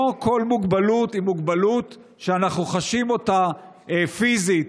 כל מוגבלות היא מוגבלות שאנחנו חשים אותה פיזית.